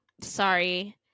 Sorry